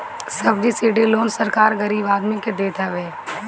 subsidy loan सरकार गरीब आदमी के देत हवे